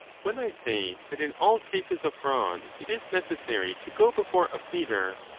when i say that in all cases of fraud it is necessary to go before a pleader,